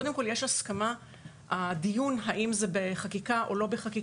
קודם כל יש הסכמה לגבי הדיון האם הוא בחקיקה או לא בחקיקה.